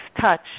touch